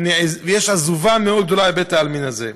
יש עזובה מאוד גדולה בבית העלמין הזה.